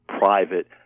private